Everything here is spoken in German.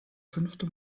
fünfte